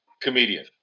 comedian